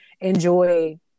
enjoy